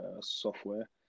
software